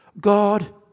God